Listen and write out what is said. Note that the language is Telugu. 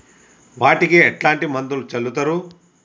వాటికి ఎట్లాంటి మందులను చల్లుతరు?